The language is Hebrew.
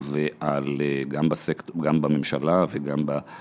ועל אהה. גם בסק... גם בממשלה וגם ב...